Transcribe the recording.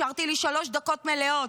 השארתי לי שלוש דקות מלאות.